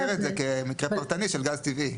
החוק מגדיר את זה כמקרה פרטני של גז טבעי.